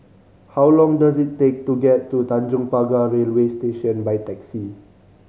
how long does it take to get to Tanjong Pagar Railway Station by taxi